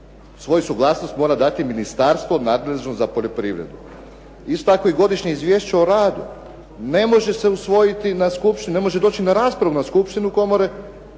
svoju suglasnost mora dati ministarstvo nadležno za poljoprivredu. Isto tako i godišnje izvješće o radu, ne može se usvojiti na skupštini, ne može